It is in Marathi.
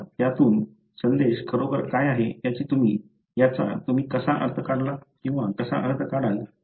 आता त्यातून संदेश खरोखर काय आहे याचा तुम्ही कसा अर्थ काढाल